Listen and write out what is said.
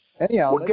Anyhow